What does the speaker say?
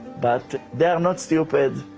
but they are not stupid,